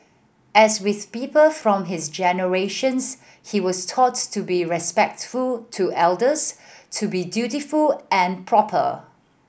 as with people from his generations he was taught to be respectful to elders to be dutiful and proper